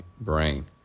brain